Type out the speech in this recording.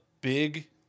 big